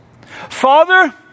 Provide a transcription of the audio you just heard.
Father